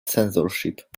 censorship